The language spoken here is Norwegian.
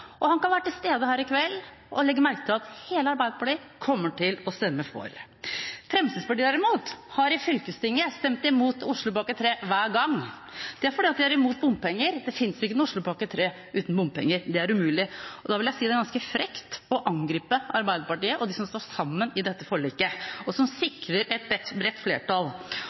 og han kan være til stede her i kveld og legge merke til at hele Arbeiderpartiet kommer til å stemme for. Fremskrittspartiet, derimot, har i fylkestinget stemt imot Oslopakke 3 hver gang. Det er fordi de er imot bompenger. Men det finnes ikke noen Oslopakke 3 uten bompenger. Det er umulig. Da vil jeg si at det er ganske frekt å angripe Arbeiderpartiet og dem som står sammen i dette forliket, og som sikrer et bredt flertall.